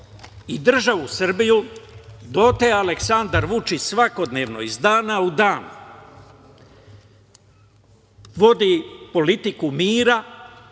i državu Srbiju, dotle Aleksandar Vučić svakodnevno, iz dana u dan vodi politiku mira,